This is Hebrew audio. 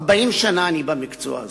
40 שנה אני במקצוע הזה,